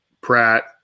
pratt